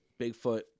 Bigfoot